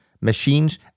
machines